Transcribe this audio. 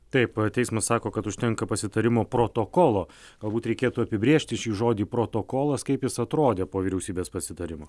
taip pat teismas sako kad užtenka pasitarimo protokolo galbūt reikėtų apibrėžti šį žodį protokolas kaip jis atrodė po vyriausybės pasitarimo